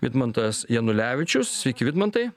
vidmantas janulevičius sveiki vidmantai